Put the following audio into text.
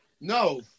No